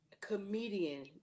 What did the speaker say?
comedian